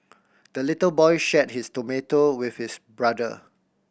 the little boy shared his tomato with his brother